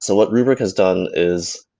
so what rubrik has done is,